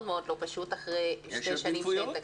מאוד לא פשוט אחרי שנתיים שאין תקציב.